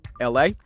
LA